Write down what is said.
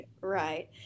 Right